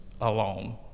alone